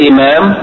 Imam